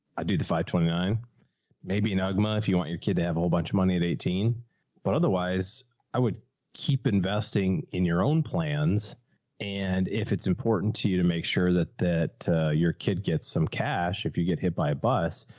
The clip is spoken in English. i do the five twenty nine maybe an agma if you want your kid to have a whole bunch of money at eighteen but otherwise, i would keep investing in your own plans and if it's important to you to make sure that, that, ah, your kid gets some cash, if you get hit by a bus,